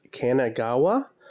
Kanagawa